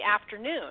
afternoon